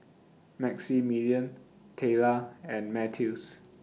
Maximillian Tayla and Mathews